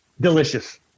delicious